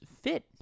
fit